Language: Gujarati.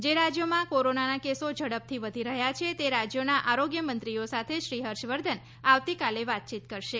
જે રાજ્યોમાં કોરોનાનાં કેસો ઝડપથી વધી રહ્યા છે તે રાજ્યોનાં આર્ગોયમંત્રીઓ સાથે શ્રી હર્ષવર્ધન આવતીકાલે વાતચીત કરશે